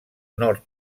nord